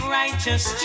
righteous